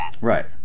Right